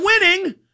winning